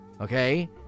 okay